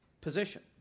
position